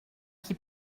qui